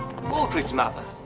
mordred's mother.